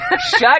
Shut